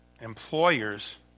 employers